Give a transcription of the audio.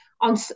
on